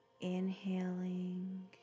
Inhaling